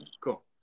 Cool